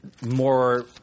more